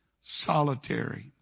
solitary